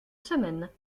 semaines